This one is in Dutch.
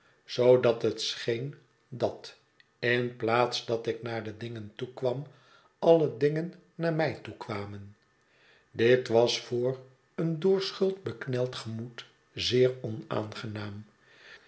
zoodat het scheen dat in plaats dat ik naar de dingen toekwam alle dingen naar mij toekwamen dit was voor een door schuld bekneld gemoed zeer onaangenaam